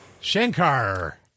Shankar